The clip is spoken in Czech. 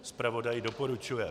Zpravodaj doporučuje.